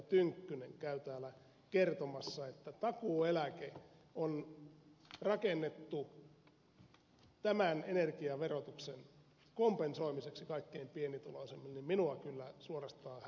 tynkkynen käy täällä kertomassa että takuueläke on rakennettu tämän energiaverotuksen kompensoimiseksi kaikkein pienituloisimmille niin minua kyllä suorastaan hävettää